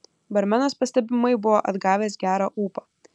barmenas pastebimai buvo atgavęs gerą ūpą